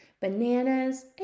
bananas